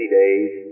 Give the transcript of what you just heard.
days